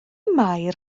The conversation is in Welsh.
mair